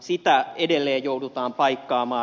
sitä edelleen joudutaan paikkaamaan